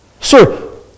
Sir